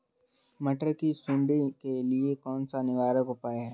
मटर की सुंडी के लिए कौन सा निवारक उपाय है?